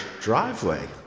driveway